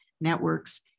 networks